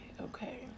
Okay